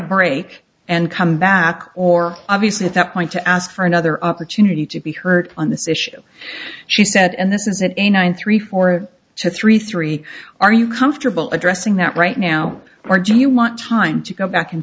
break and come back or obviously at that point to ask for another opportunity to be heard on this issue she said and this is it a nine three four two three three are you comfortable addressing that right now or do you want time to go back and